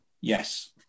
Yes